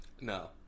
No